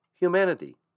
humanity